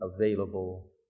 available